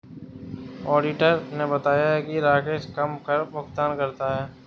auditor ने बताया कि राकेश कम कर भुगतान करता है